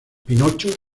pinocho